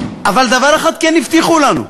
אבל דבר אחד כן הבטיחו לנו: